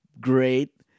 great